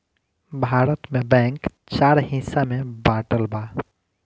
भारत में बैंक चार हिस्सा में बाटल बा